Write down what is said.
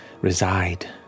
reside